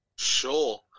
Sure